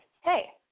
hey